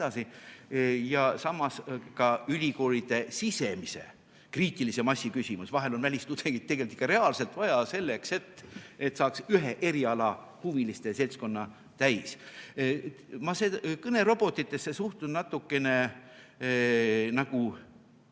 on see ka ülikoolide sisemise kriitilise massi küsimus. Vahel on välistudengeid ikka reaalselt vaja, et saaks ühe erialahuviliste seltskonna täis. Ma kõnerobotitesse suhtun natukene nagu